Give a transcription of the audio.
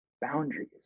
boundaries